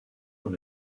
dans